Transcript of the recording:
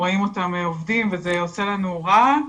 רואים אותם עובדים וזה עושה לנו רע,